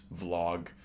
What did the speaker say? vlog